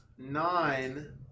Nine